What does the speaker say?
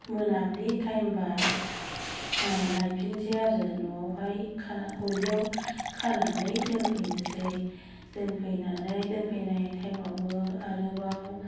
मोनाबिलि टाइम ब्ला लायफिननोसै आरो न'वावहाय ग'लियाव खानानै दोनफैनोसै दोनफैनानै दोनफैनाय टाइम आवबो आरोबाव